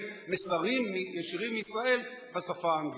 מסרים ישירים מישראל בשפה האנגלית?